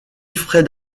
frais